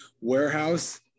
warehouse